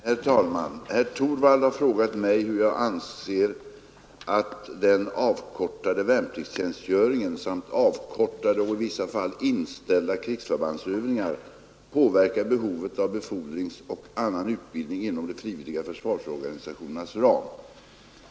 Herr talman! Herr Torwald har frågat mig hur jag anser att den avkortade värnpliktstjänstgöringen samt avkortade och i vissa fall inställda krigsförbandsövningar påverkar behovet av befordringsoch annan utbildning inom de frivilliga försvarsorganisationernas ram.